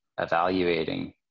evaluating